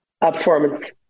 Performance